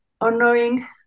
honoring